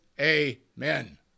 amen